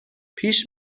پیش